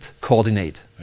coordinate